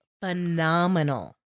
phenomenal